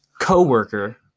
co-worker